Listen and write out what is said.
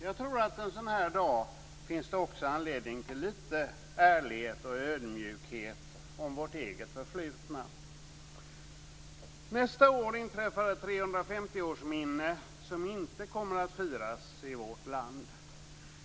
Jag tror att det en sådan här dag finns anledning till litet ärlighet och ödmjukhet om vårt eget förflutna. Nästa år inträffar ett 350-årsminne som inte kommer att firas i vårt land.